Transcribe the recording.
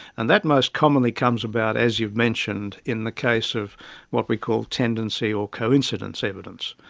and that most commonly comes about, as you mentioned, in the case of what we call tendency or coincidence evidence.